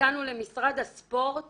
נתנו למשרד הספורט